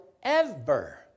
Forever